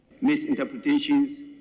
misinterpretations